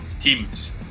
teams